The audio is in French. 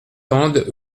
tendent